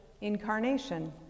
incarnation